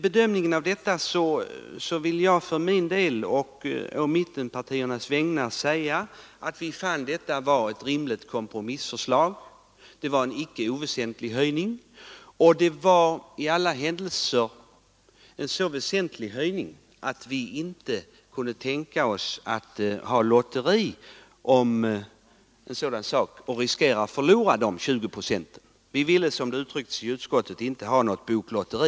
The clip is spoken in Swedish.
Jag vill för min del på mittenpartiernas vägnar säga att vi fann detta vara ett rimligt kompromissförslag. Det var en icke oväsentlig höjning som föreslogs. Den var i alla händelser så väsentlig att vi inte kunde tänka oss ett lotteri om saken och riskera att förlora dessa ytterligare 20 procent. Vi ville, som det uttrycktes i utskottet, inte ha något boklotteri.